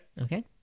Okay